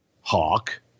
Hawk